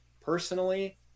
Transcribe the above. Personally